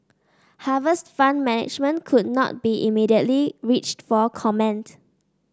Harvest Fund Management could not be immediately reached for comment